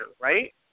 right